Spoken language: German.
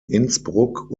innsbruck